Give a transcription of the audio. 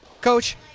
coach